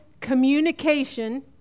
communication